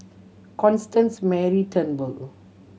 Constance Mary Turnbull